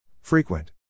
Frequent